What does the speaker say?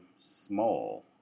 small